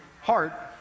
heart